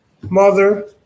Mother